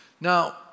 Now